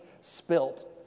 spilt